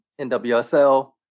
NWSL